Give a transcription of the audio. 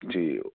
جی